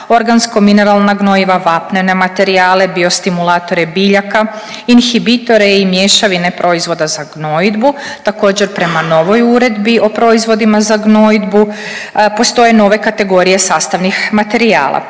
organsko mineralna gnojiva, vapnene materijale, biostimulatore biljaka, inhibitore i mješavine proizvoda za gnojidbu. Također prema novoj Uredbi o proizvodima za gnojidbu postoje nove kategorije sastavnih materijala.